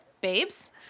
Babes